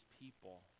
people